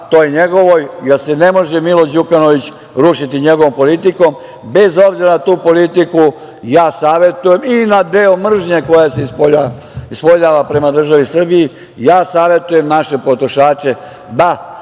toj njegovoj, jer se ne može Milo Đukanović rušiti njegovom politikom, bez obzira na tu politiku i na deo mržnje koja se ispoljava prema državi Srbiji, savetujem naše potrošače